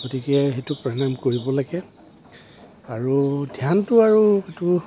গতিকে সেইটো প্ৰাণায়াম কৰিব লাগে আৰু ধ্যানটো আৰু সেইটো